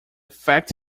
fact